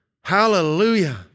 Hallelujah